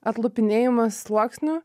atlupinėjimas sluoksnių